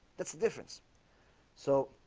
that's the difference so